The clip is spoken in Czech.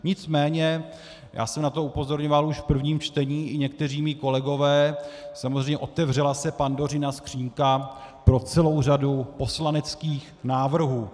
Nicméně já jsem na to upozorňoval už v prvním čtení, i někteří mí kolegové, samozřejmě se otevřela Pandořina skříňka pro celou řadu poslaneckých návrhů.